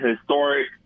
historic